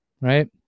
right